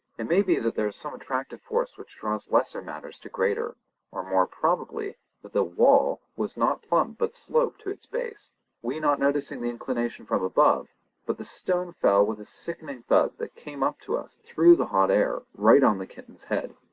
it may be that there is some attractive force which draws lesser matters to greater or more probably that the wall was not plump but sloped to its base we not noticing the inclination from above but the stone fell with a sickening thud that came up to us through the hot air, right on the kitten's head,